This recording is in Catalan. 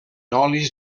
olis